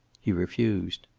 he refused.